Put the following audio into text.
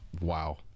Wow